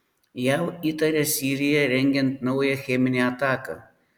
jav įtaria siriją rengiant naują cheminę ataką